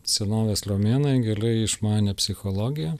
senovės romėnai gerai išmanė psichologiją